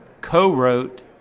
co-wrote